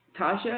Tasha